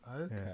Okay